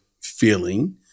feeling